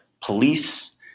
police